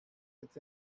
it’s